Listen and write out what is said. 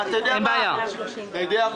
אתה יודע מה,